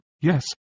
Yes